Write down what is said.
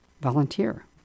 volunteer